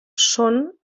són